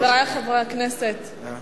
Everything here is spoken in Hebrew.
חברי חברי הכנסת,